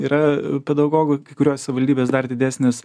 yra pedagogų kai kurios savivaldybės dar didesnis